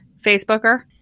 Facebooker